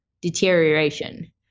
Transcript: deterioration